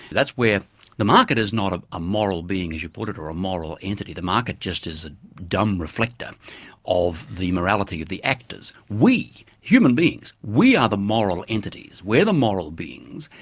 that's where the market is not ah a moral being as you put it or a moral entity, the market just is a dumb reflector of the morality of the actors. we, human beings, we are the moral entities. we're the moral beings.